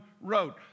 wrote